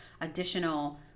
additional